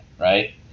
right